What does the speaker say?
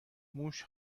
موش